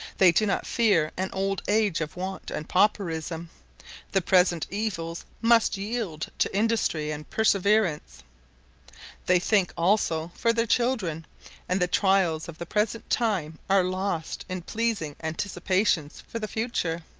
they do not fear an old age of want and pauperism the present evils must yield to industry and perseverance they think also for their children and the trials of the present time are lost in pleasing anticipations for the future.